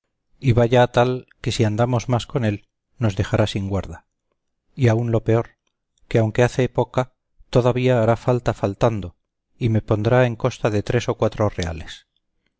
y va ya tal que si andamos más con él nos dejará sin guarda y aun lo peor que aunque hace poca todavía hará falta faltando y me pondrá en costa de tres o cuatro reales